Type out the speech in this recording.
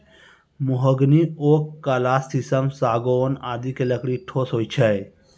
mahogany, oak, काला शीशम, सागौन आदि के लकड़ी ठोस होय छै